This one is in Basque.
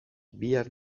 bihar